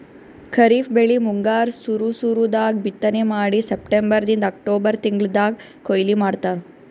ಖರೀಫ್ ಬೆಳಿ ಮುಂಗಾರ್ ಸುರು ಸುರು ದಾಗ್ ಬಿತ್ತನೆ ಮಾಡಿ ಸೆಪ್ಟೆಂಬರಿಂದ್ ಅಕ್ಟೋಬರ್ ತಿಂಗಳ್ದಾಗ್ ಕೊಯ್ಲಿ ಮಾಡ್ತಾರ್